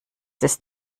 ist